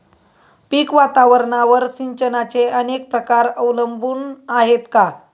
पीक वातावरणावर सिंचनाचे अनेक प्रकार अवलंबून आहेत का?